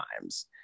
times